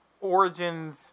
Origins